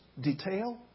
detail